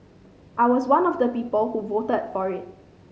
I was one of the people who voted for it